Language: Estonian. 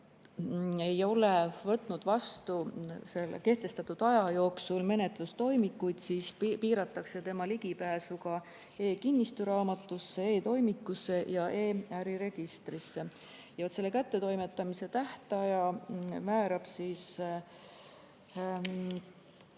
ei ole võtnud vastu kehtestatud aja jooksul menetlustoimikuid, siis piiratakse tema ligipääsu ka e-kinnistusraamatusse, e-toimikusse ja e-äriregistrisse. Selle kättetoimetamise tähtaja määrab